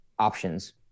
options